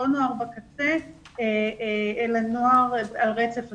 לא נוער בקצה אלא נוער על רצף הסיכון,